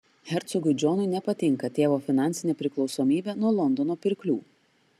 hercogui džonui nepatinka tėvo finansinė priklausomybė nuo londono pirklių